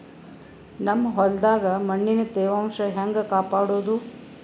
ನಮ್ ಹೊಲದಾಗ ಮಣ್ಣಿನ ತ್ಯಾವಾಂಶ ಹೆಂಗ ಕಾಪಾಡೋದು?